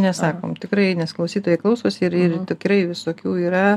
nesakom tikrai nes klausytojai klausosi ir ir tikrai visokių yra